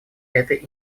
этой